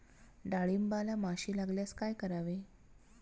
डाळींबाला माशी लागल्यास काय करावे?